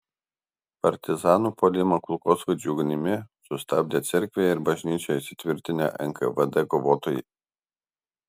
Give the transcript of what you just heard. partizanų puolimą kulkosvaidžių ugnimi sustabdė cerkvėje ir bažnyčioje įsitvirtinę nkvd kovotojai